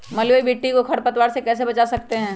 बलुई मिट्टी को खर पतवार से कैसे बच्चा सकते हैँ?